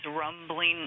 rumbling